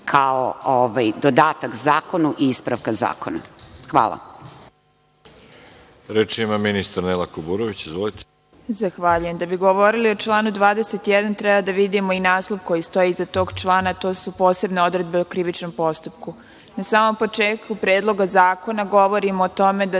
kao dodatak zakonu i ispravka zakona. Hvala. **Veroljub Arsić** Reč ima ministar Nela Kuburović. Izvolite. **Nela Kuburović** Zahvaljujem. Da bi govorili o članu 21, treba da vidimo i naslov koji stoji iznad tog člana, a to su posebne odredbe o krivičnom postupku. Na samom početku Predloga zakona govorimo o tome da